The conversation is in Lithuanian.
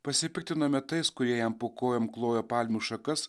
pasipiktiname tais kurie jam po kojom klojo palmių šakas